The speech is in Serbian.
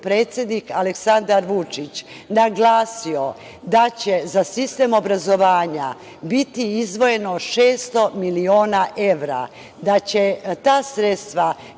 predsednik Aleksandar Vučić naglasio da će za sistem obrazovanja biti izdvojeno 600 miliona evra, da će ta sredstva